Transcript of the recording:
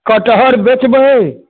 कटहर बेचबै